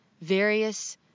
various